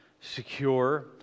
secure